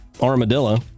armadillo